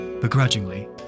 begrudgingly